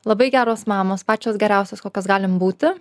labai geros mamos pačios geriausios kokios galim būti